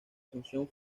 asunción